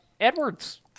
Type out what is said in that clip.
Edwards